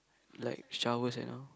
like showers and all